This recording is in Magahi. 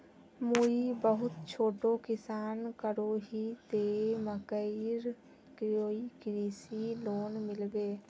मुई बहुत छोटो किसान करोही ते मकईर कोई कृषि लोन मिलबे?